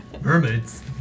mermaids